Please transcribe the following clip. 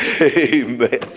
amen